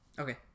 Okay